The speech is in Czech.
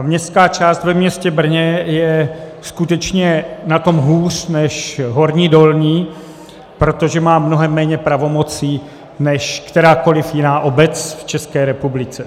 Městská část ve městě Brně je skutečně na tom hůř než Horní Dolní, protože má mnohem méně pravomocí než kterákoli jiná obec v České republice.